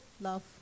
Love